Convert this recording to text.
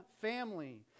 family